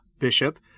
Bishop